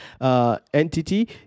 entity